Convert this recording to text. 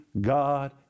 God